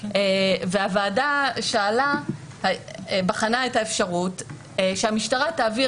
והוועדה בחנה את האפשרות שהמשטרה תעביר